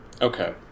Okay